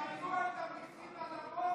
תעלו את המיסים על הוודקה.